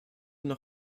noch